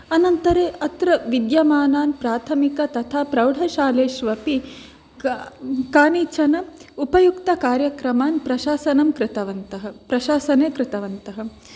अनन्तरम् अत्र विद्यमानान् प्राथमिक तथा प्रौढशालेष्वपि कानिचन उपयुक्तकार्यक्रमान् प्रशासनं कृतवन्तः प्रशासने कृतवन्तः